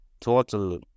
total